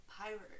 Pirate